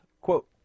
quote